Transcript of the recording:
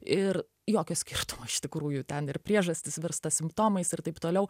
ir jokio skirtumo iš tikrųjų ten ir priežastys virsta simptomais ir taip toliau